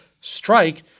strike